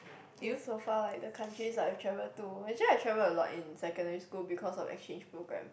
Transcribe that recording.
if so far like the countries I have travelled to actually I travel a lot in secondary school because of exchange programme